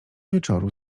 wieczoru